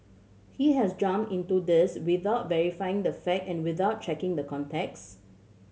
he has jumped into this without verifying the fact and without checking the context